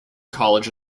college